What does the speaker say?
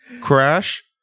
crash